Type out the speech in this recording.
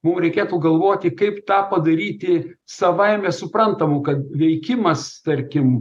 mum reikėtų galvoti kaip tą padaryti savaime suprantamu kad veikimas tarkim